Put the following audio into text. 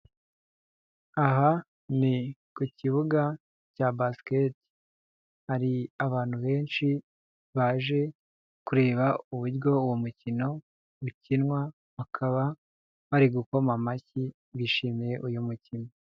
Aha ni ku kibuga cya basiketi, hari abantu benshi baje kureba uburyo uwo mukino ukinwa, bakaba bari gukoma amashyi bishimiye uyu mukino.